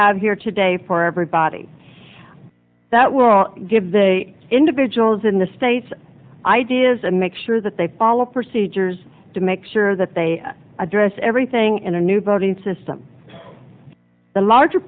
have here today for everybody that will give the individuals in the states ideas and make sure that they follow procedures to make sure that they address everything in a new voting system the larger